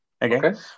Again